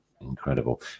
incredible